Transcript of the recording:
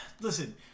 Listen